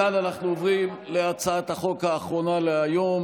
מכאן אנחנו עוברים להצעת החוק האחרונה להיום,